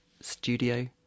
studio